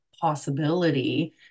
possibility